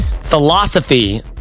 philosophy